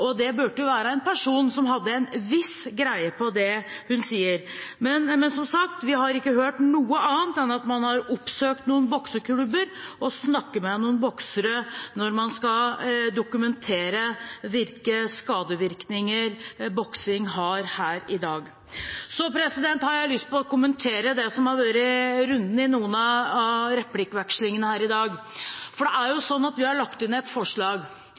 og det burde jo være en person som har en viss greie på det hun sier. Men, som sagt, vi har ikke hørt noe annet her i dag enn at man har oppsøkt noen bokseklubber og snakket med noen boksere når man skal dokumentere hvilke skadevirkninger boksing har. Så har jeg lyst til å kommentere det som har vært runden i noen av replikkvekslingene her i dag. For vi har lagt inn et forslag,